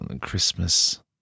Christmas